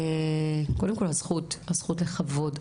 קודם כל הזכות - הזכות לכבוד,